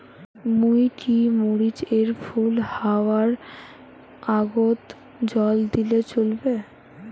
মুই কি মরিচ এর ফুল হাওয়ার আগত জল দিলে চলবে?